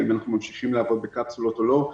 האם אנחנו ממשיכים לעבוד בקפסולות או לא,